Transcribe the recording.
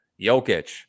Jokic